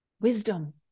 wisdom